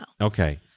Okay